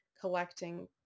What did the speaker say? collecting